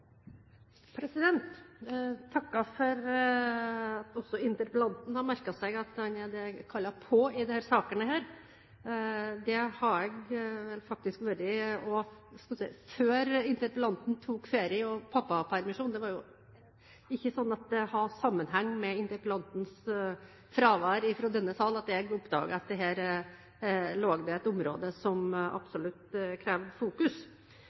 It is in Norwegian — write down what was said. for at også interpellanten har merket seg at jeg er det han kaller «på» i disse sakene. Det har jeg faktisk vært også før interpellanten tok ferie og pappapermisjon. Det er ikke slik at det har sammenheng med interpellantens fravær fra denne sal at jeg oppdaget at her lå det et område som absolutt krevde fokus.